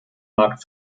markt